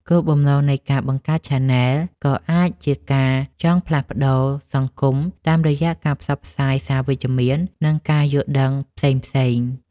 គោលបំណងនៃការបង្កើតឆានែលក៏អាចជាការចង់ផ្លាស់ប្តូរសង្គមតាមរយៈការផ្សព្វផ្សាយសារវិជ្ជមាន និងការយល់ដឹងផ្សេងៗ។